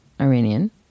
Iranian